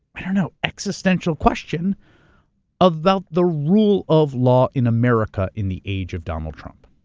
i don't know, existential question about the rule of law in america in the age of donald trump.